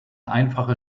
einfache